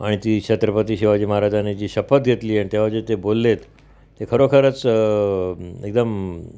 आणि ती छत्रपती शिवाजी महाराजांनी जी शपथ घेतली आणि तेव्हा जे ते बोलले आहेत ते खरोखरच एकदम